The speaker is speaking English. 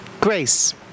Grace